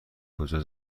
کجا